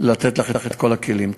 לתת לך את כל הכלים.